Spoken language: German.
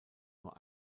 nur